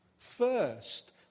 First